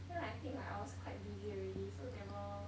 cause I think like I was quite busy already so never